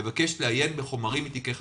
לבקש לעיין בחומרים מתיקי חקירה.